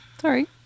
Sorry